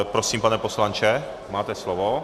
Prosím, pane poslanče, máte slovo.